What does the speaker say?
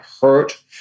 hurt